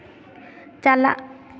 ᱪᱟᱞᱟᱜ